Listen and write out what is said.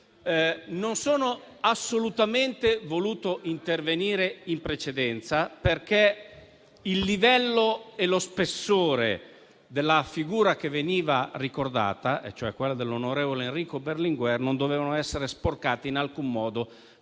Io non sono voluto intervenire in precedenza, perché il livello e lo spessore della figura che veniva ricordata, quella dell'onorevole Enrico Berlinguer, non dovevano essere sporcati in alcun modo